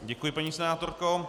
Děkuji, paní senátorko.